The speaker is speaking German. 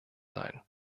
sein